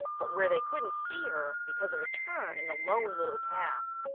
but where they couldn't see her, because of a turn in the lone little path.